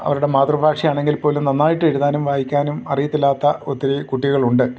അവരുടെ മാതൃഭാഷയാണെങ്കിൽ പോലും നന്നായിട്ട് എഴുതാനും വായിക്കാനും അറിയത്തില്ലാത്ത ഒത്തിരി കുട്ടികളുണ്ട്